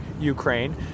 Ukraine